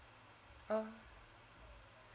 oh